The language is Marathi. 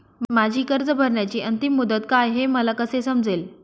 माझी कर्ज भरण्याची अंतिम मुदत काय, हे मला कसे समजेल?